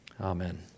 amen